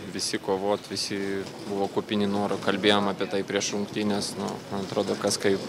visi kovot visi buvo kupini noro kalbėjom apie tai prieš rungtynes nu man atrodo kas kaip